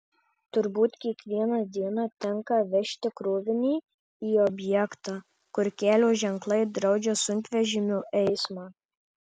turbūt kiekvieną dieną tenka vežti krovinį į objektą kur kelio ženklai draudžia sunkvežimio eismą